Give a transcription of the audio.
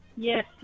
Yes